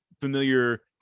familiar